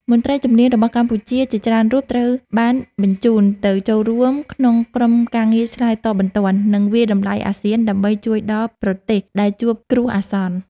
មន្ត្រីជំនាញរបស់កម្ពុជាជាច្រើនរូបត្រូវបានបញ្ជូនទៅចូលរួមក្នុងក្រុមការងារឆ្លើយតបបន្ទាន់ និងវាយតម្លៃអាស៊ាន ដើម្បីជួយដល់ប្រទេសដែលជួបគ្រោះអាសន្ន។